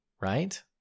right